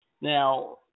Now